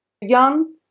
young